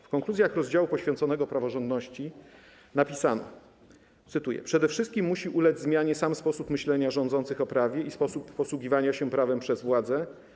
W konkluzjach rozdziału poświęconego praworządności napisano: Przede wszystkim musi ulec zmianie sam sposób myślenia rządzących o prawie i sposób posługiwania się prawem przez władzę.